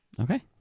Okay